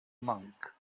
monk